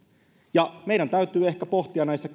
ja meidän täytyy ehkä pohtia näissä